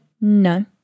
no